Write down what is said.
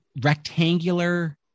rectangular